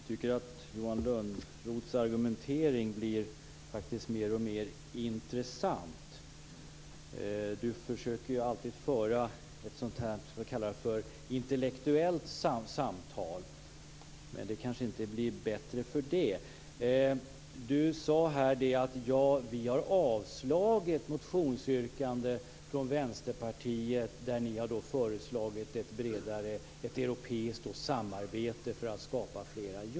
Fru talman! Johan Lönnroths argumentering blir mer och mer intressant. Han försöker alltid föra ett intellektuellt samtal, men det kanske inte blir bättre för det. Johan Lönnroth sade att vi har avslagit motionsyrkanden från Vänsterpartiet med förslag om ett europeiskt samarbete för att skapa fler jobb.